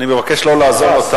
אני מבקש לא לעזור לו.